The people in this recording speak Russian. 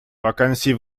вакансий